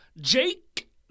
Jake